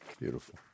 Beautiful